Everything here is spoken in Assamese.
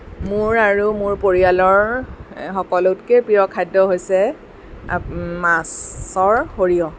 মোৰ আৰু মোৰ পৰিয়ালৰ সকলোতকৈ প্ৰিয় খাদ্য হৈছে মাছৰ সৰিয়হ